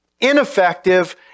ineffective